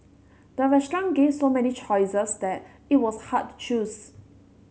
the restaurant gave so many choices that it was hard to choose